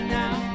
now